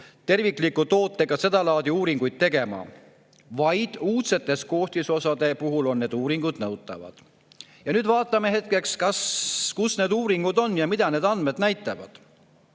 tervikliku tootega seda laadi uuringuid tegema, vaid uudsete koostisosade puhul on need uuringud nõutavad. Ja nüüd vaatame hetkeks, kus need uuringud on ja mida need andmed näitavad.